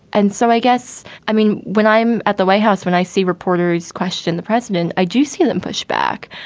and so i guess i mean, when i'm at the white house, when i see reporters question the president, i do see them push back.